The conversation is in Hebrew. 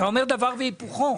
אתה אומר דבר והיפוכו.